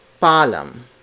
palam